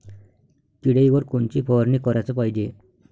किड्याइवर कोनची फवारनी कराच पायजे?